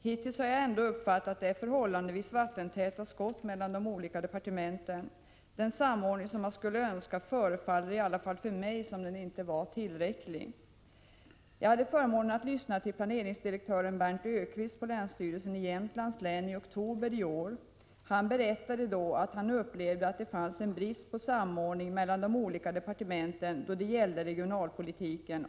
Hittills har det, som jag uppfattat det, varit förhållandevis vattentäta skott mellan de olika departementen. Den samordning som man skulle önska — Prot. 1986/87:21 förefaller i varje fall mig inte vara tillräcklig. 7 november 1986 Jag hade förmånen att i oktober i år lyssna till planeringsdirektören Bernt Öquist vid länsstyrelsen i Jämtlands län. Han berättade då att han upplevde att det fanns en brist på samordning mellan de olika departementen när det gäller regionalpolitiken.